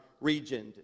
region